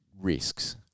risks